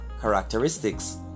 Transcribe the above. characteristics